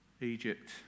Egypt